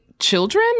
children